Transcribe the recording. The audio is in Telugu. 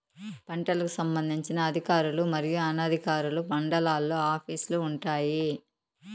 పంటలకు సంబంధించిన అధికారులు మరియు అనధికారులు మండలాల్లో ఆఫీస్ లు వుంటాయి?